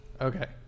Okay